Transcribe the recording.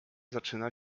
zaczyna